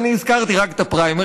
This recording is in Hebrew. אני הזכרתי רק את הפריימריז.